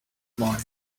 morning